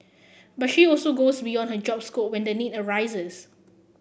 but she also goes beyond her job scope when the need arises